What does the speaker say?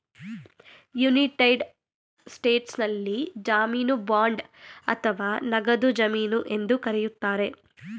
United ಸ್ಟೇಟ್ಸ್ನಲ್ಲಿ ಜಾಮೀನು bond ಅಥವಾ ನಗದು ಜಮೀನು ಎಂದು ಕರೆಯುತ್ತಾರೆ